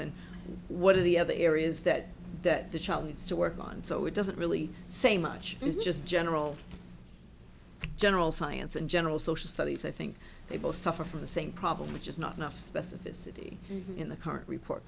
and what are the other areas that that the child needs to work on so it doesn't really say much it's just general general science and general social studies i think they both suffer from the same problem which is not enough specificity in the current report